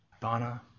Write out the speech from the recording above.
Donna